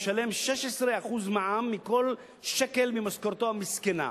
הוא משלם 16% מע"מ מכל שקל ממשכורתו המסכנה,